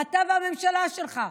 אתה והממשלה שלך.